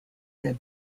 rib